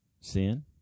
sin